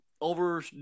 over